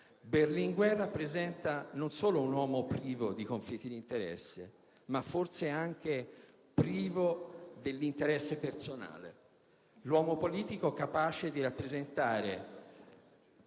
Berlinguer rappresenta non solo un uomo privo di conflitti di interessi, ma forse anche privo dell'interesse personale. L'uomo politico capace di incarnare